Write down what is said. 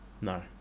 No